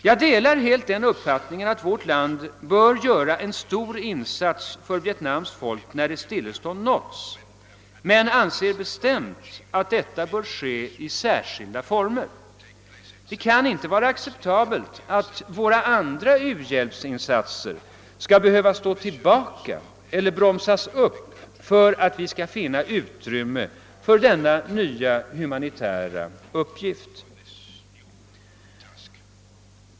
Jag delar helt uppfattningen att vårt land bör göra en stor insats för Vietnams folk när ett stillestånd nåtts men anser bestämt att detta bör ske i särskilda former. Det kan inte vara acceptabelt att våra andra u-hjälpsinsatser skall behöva stå tillbaka eller bromsas upp för att vi skall finna utrymme för denna uppgift.